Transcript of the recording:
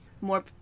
more